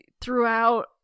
throughout